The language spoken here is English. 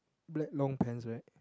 black long pants right